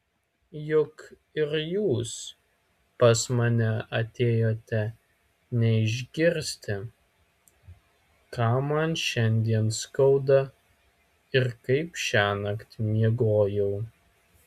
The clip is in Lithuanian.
juk ir jūs pas mane atėjote ne išgirsti ką man šiandien skauda ir kaip šiąnakt miegojau